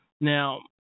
Now